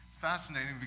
Fascinating